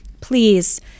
Please